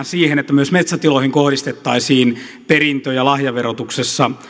siihen että myös metsätiloihin kohdistettaisiin perintö ja lahjaverotuksessa